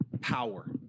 power